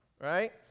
Right